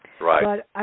Right